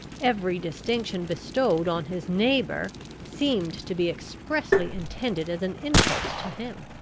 every distinction bestowed on his neighbour seemed to be expressly intended as an insult to him.